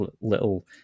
little